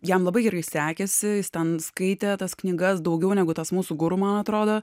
jam labai gerai sekėsi jis ten skaitė tas knygas daugiau negu tas mūsų guru man atrodo